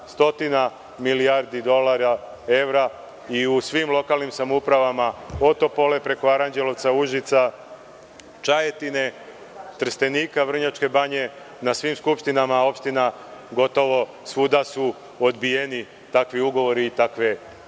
milijardi dolara, evra. U svim lokalnim samoupravama od Topole preko Aranđelovca, Užica, Čajetina, Trstenika, Vrnjačke Banje, na svim skupštinama opština gotovo svuda su odbijeni takvi ugovori i takvi